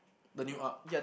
the new arc